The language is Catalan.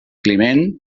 climent